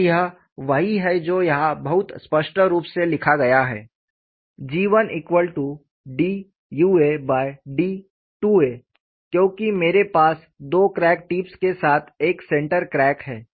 और यह वही है जो यहां बहुत स्पष्ट रूप से लिखा गया है G1d Uad क्योंकि मेरे पास दो क्रैक टिप्स के साथ एक सेंटर क्रैक है